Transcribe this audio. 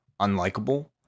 unlikable